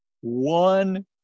One